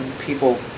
people